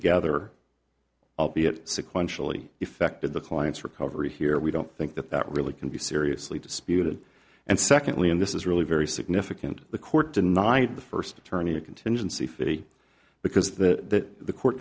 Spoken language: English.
sequentially effected the clients recovery here we don't think that that really can be seriously disputed and secondly and this is really very significant the court denied the first attorney a contingency fee because that the court